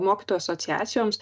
mokytojų asociacijoms